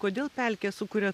kodėl pelkė sukuria